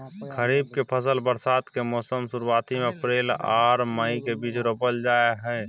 खरीफ के फसल बरसात के मौसम के शुरुआती में अप्रैल आर मई के बीच रोपल जाय हय